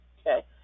Okay